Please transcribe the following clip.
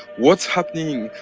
what's happening?